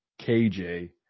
KJ